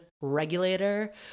regulator